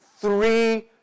three